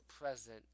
present